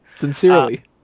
Sincerely